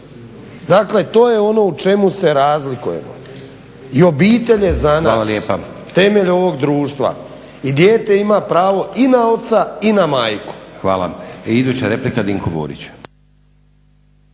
Dakle, to je ono u čemu se razlikujemo. I obitelj je za nas temelj ovog društva. I dijete ima pravo i na oca i na majku. **Stazić, Nenad (SDP)** Hvala.